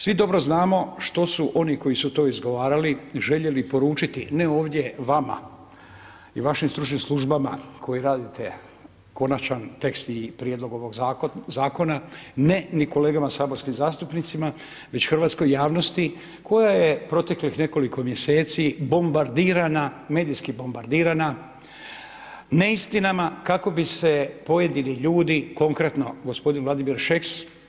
Svi dobro znamo što su oni koji su to izgovarali željeli poručiti ne ovdje vama i vašim stručnim službama koji radite konačan tekst i prijedlog ovog zakona, ne ni kolegama saborskim zastupnicima već hrvatskoj javnosti koja je proteklih nekoliko mjeseci bombardirana, medijski bombardirana neistinama kako bi se pojedini ljudi, konkretno gospodin Vladimir Šeks.